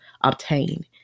obtain